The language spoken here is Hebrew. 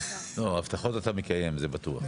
הבטחות אתה מקיים, זה בטוח.